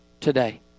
today